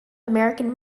american